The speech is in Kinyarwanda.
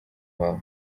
wawe